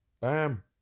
Bam